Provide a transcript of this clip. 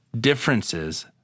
differences